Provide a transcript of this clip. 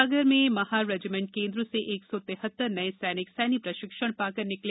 सागर में महार रेजीमेंट केन्द्र से एक सौ तिहत्तर नये सैनिक सैन्य प्रशिक्षण पाकर निकले